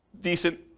decent